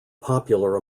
popular